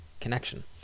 connection